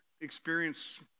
experience